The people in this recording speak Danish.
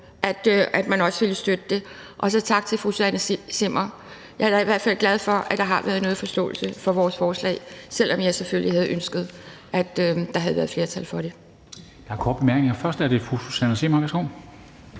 at man også vil støtte det. Og så tak til fru Susanne Zimmer. Jeg er da i hvert fald glad for, at der har været noget forståelse for vores beslutningsforslag, selv om jeg selvfølgelig havde ønsket, at der havde været flertal for det.